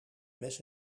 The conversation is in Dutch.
mes